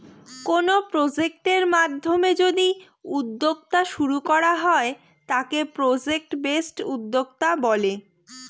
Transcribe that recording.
কোনো প্রজেক্টের মাধ্যমে যদি উদ্যোক্তা শুরু করা হয় তাকে প্রজেক্ট বেসড উদ্যোক্তা বলে